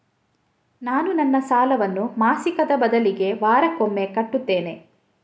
ನಾನು ನನ್ನ ಸಾಲವನ್ನು ಮಾಸಿಕದ ಬದಲಿಗೆ ವಾರಕ್ಕೊಮ್ಮೆ ಕಟ್ಟುತ್ತೇನೆ